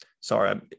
Sorry